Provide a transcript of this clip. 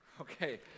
okay